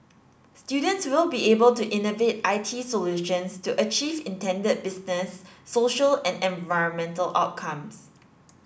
students will be able to innovate I T solutions to achieve intended business social and environmental outcomes